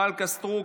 אורית סטרוק,